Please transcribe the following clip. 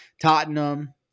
Tottenham